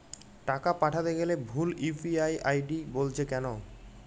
টাকা পাঠাতে গেলে ভুল ইউ.পি.আই আই.ডি বলছে কেনো?